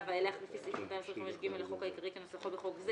ואילך לפי סעיף 225(ג) לחוק העיקרי כנוסחו בחוק זה